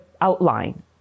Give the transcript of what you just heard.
outline